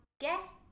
guess